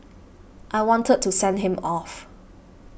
I wanted to send him off